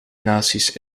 naties